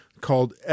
called